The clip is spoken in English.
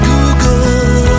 Google